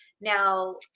Now